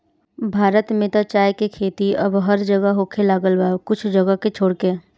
भारत में त चाय के खेती अब हर जगह होखे लागल बा कुछ जगह के छोड़ के